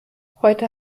heute